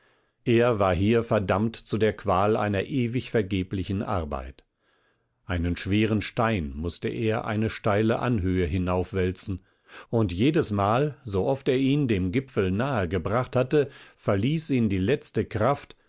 er war hier verdammt zu der qual einer ewig vergeblichen arbeit einen schweren stein mußte er eine steile anhöhe hinaufwälzen und jedesmal so oft er ihn dem gipfel nahe gebracht hatte verließ ihn die letzte kraft